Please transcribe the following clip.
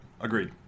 Agreed